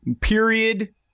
period